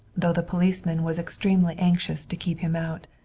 though the policeman was extremely anxious to keep him out.